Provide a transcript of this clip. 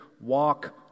walk